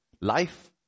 life